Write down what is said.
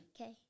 Okay